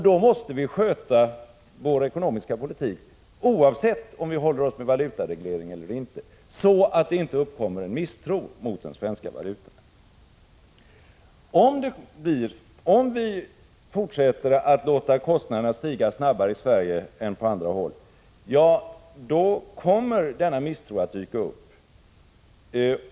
Då måste vi — oavsett om vi håller oss med en valutareglering eller inte — sköta vår ekonomiska politik så att det inte uppkommer misstro mot den svenska valutan. Om vi fortsätter att låta kostnaderna stiga snabbare i Sverige än på andra håll, då kommer denna misstro att dyka upp.